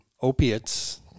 opiates